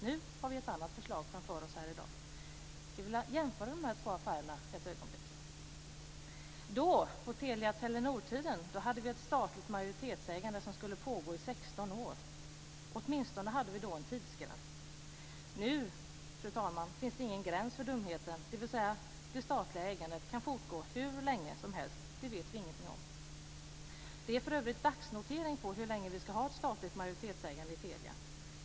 Nu har vi ett annat förslag framför oss i dag, och jag skulle vilja jämföra de här två affärerna ett ögonblick. Då, på Telia-Telenor-tiden, hade vi ett statligt majoritetsägande som skulle pågå i 16 år. Då hade vi åtminstone en tidsgräns. Nu, fru talman, finns det ingen gräns för dumheterna, dvs. det statliga ägandet kan fortgå hur länge som helst. Det vet vi ingenting om. Det är för övrigt dagsnotering på hur länge vi ska ha ett statligt majoritetsägande i Telia.